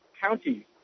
county